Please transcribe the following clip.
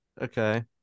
Okay